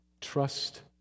Trust